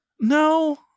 No